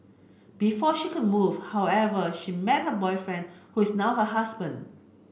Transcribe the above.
before she could move however she met her boyfriend who is now her husband